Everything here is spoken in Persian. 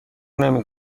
نمی